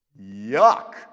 yuck